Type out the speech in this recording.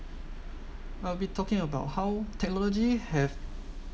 I'll be talking about how technology have